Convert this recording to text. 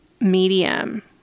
medium